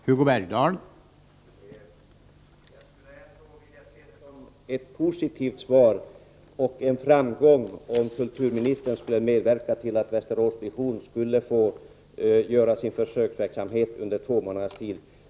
Herr talman! Jag skulle ändå se det som ett positivt svar och en framgång, om kulturministern ville medverka till att Västerås Vision fick genomföra sin försöksverksamhet under två månaders tid.